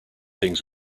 things